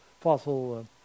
fossil